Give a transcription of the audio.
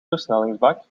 versnellingsbak